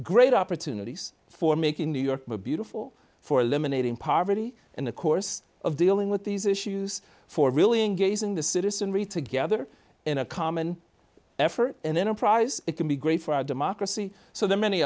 great opportunities for making new york beautiful for eliminating poverty in the course of dealing with these issues for really engaging the citizenry together in a common effort and enterprise it can be great for our democracy so there